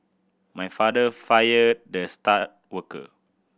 my father fired the star worker